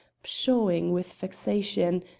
pshawing with vexation,